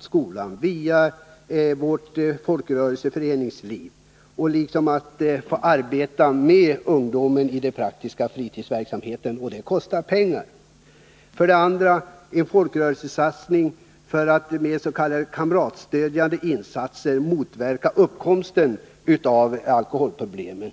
skolan och vårt folkrörelseoch föreningsliv. Vi måste arbeta tillsammans med ungdomen i den praktiska fritidsverksamheten — och det kostar pengar. För det andra behövs en folkrörelsesatsning, för att man med s.k. kamratstödjande insatser skall motverka uppkomsten av alkoholproblem.